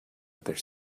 other